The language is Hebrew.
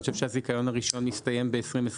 אני חושב שהזיכיון הראשון הסתיים ב-2024.